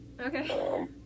Okay